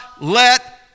let